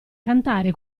cantare